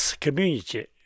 community